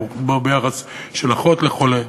לא ביחס של אחות לחולה.